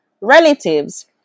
relatives